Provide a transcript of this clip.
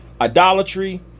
idolatry